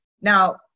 now